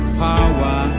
power